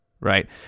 right